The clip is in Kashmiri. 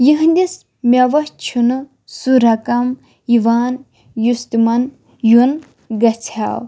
یِہٕنٛدِس میٚوَس چھُ نہٕ سُہ رَقم یِوان یُس تِمَن یُن گَژھِ ہاو